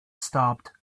stopped